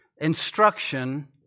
instruction